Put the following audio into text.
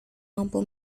mampu